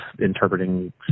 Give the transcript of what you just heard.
interpreting